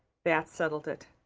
that settled it.